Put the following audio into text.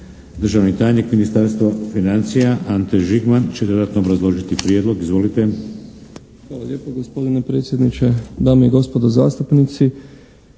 Državni tajnik Ministarstva financija Ante Žigman će dodatno obrazložiti prijedlog. Izvolite! **Žigman, Ante** Hvala lijepo gospodine predsjedniče! Dame i gospodo zastupnici!